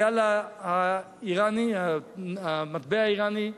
הריאל האירני, המטבע האירני,